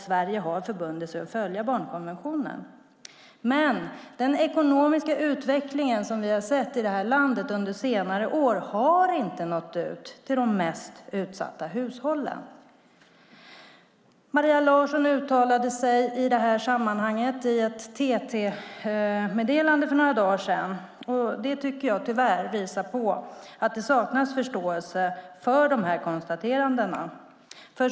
Sverige har förbundit sig att följa barnkonventionen. Men den ekonomiska utveckling som vi har sett i landet under senare år har inte nått ut till de mest utsatta hushållen. Maria Larsson uttalade sig i detta sammanhang i ett TT-meddelande för några dagar sedan. Det tycker jag tyvärr visar att det saknas förståelse för de här konstaterandena.